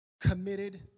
committed